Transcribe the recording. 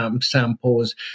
samples